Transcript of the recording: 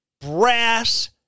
brass